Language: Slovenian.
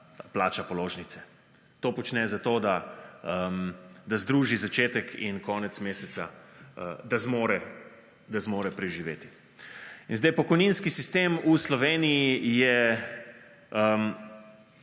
plača položnice. To počne zato, da združi začetek in konec meseca, da zmore preživeti. In zdaj, pokojninski sistem v Sloveniji je